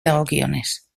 dagokionez